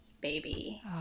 baby